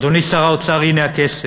אדוני שר האוצר, הנה הכסף.